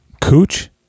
Cooch